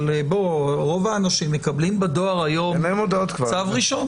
אבל רוב האנשים מקבלים בדואר היום צו ראשון.